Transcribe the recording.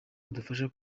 adufasha